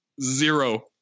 zero